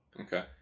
Okay